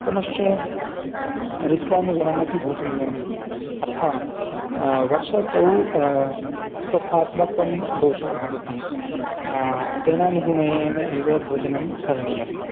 पुनश्च ऋत्वनुगुणमपि भोजनीयम् अर्थात् वर्षा ऋतौ कफात्मकं दोषः भवति तेनानुगुणेनैव भोजनं करणीयम्